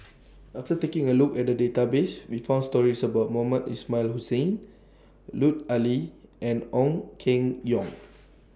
after taking A Look At The Database We found stories about Mohamed Ismail Hussain Lut Ali and Ong Keng Yong